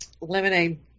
Lemonade